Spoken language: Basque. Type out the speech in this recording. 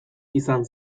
izan